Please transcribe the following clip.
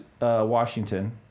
washington